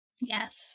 Yes